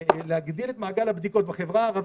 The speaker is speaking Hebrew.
להגדיל את מעגל הבדיקות בחברה הערבית,